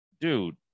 dude